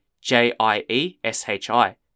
J-I-E-S-H-I